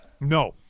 no